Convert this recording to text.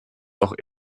doch